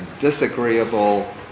disagreeable